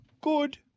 Good